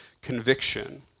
conviction